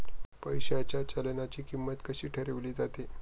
पैशाच्या चलनाची किंमत कशी ठरवली जाते